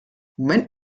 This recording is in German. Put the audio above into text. moment